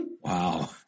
Wow